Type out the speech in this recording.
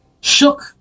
shook